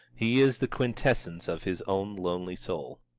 he is the quintessence of his own lonely soul.